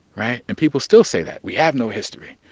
right? and people still say that we have no history,